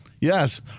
Yes